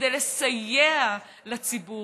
כדי לסייע לציבור.